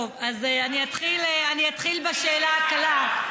טוב, אז אני אתחיל בשאלה הקלה.